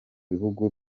bihugu